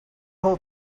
whole